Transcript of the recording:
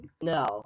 No